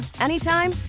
anytime